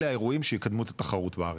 אלה האירועים שיקדמו את התחרות בארץ.